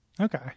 Okay